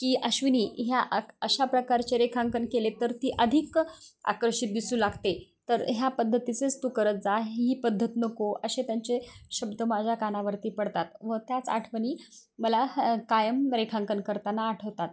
की अश्विनी ह्या आ अशा प्रकारचे रेखांकन केले तर ती अधिक आकर्षित दिसू लागते तर ह्या पद्धतीचेच तू करत जा ही पद्धत नको असे त्यांचे शब्द माझ्या कानावरती पडतात व त्याच आठवणी मला ह कायम रेखांकन करताना आठवतात